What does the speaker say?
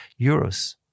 euros